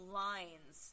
lines